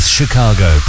Chicago